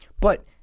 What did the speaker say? But-